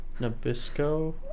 Nabisco